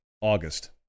August